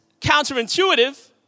counterintuitive